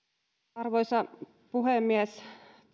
arvoisa puhemies